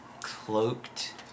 cloaked